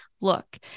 look